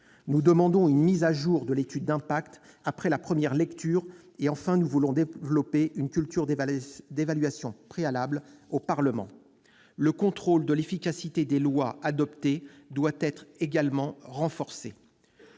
Nous demandons une mise à jour de l'étude d'impact après la première lecture. Enfin, nous voulons développer une culture d'évaluation préalable au Parlement. Le contrôle de l'efficacité des lois adoptées doit également être renforcé.